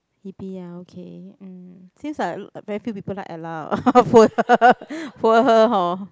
Hebe ah okay mm seems like a very few people like Ella orh poor her poor her hor